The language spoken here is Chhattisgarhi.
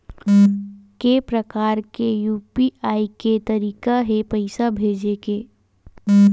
के प्रकार के यू.पी.आई के तरीका हे पईसा भेजे के?